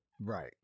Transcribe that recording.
Right